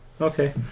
Okay